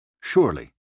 Surely